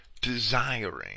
desiring